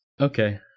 Okay